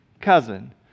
cousin